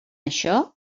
això